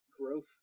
growth